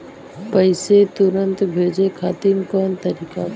पैसे तुरंत भेजे खातिर कौन तरीका बा?